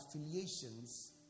affiliations